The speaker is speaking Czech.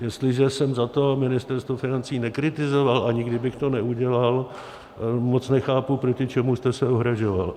Jestliže jsem za to Ministerstvo financí nekritizoval a nikdy bych to neudělal, moc nechápu, proti čemu jste se ohrazovala.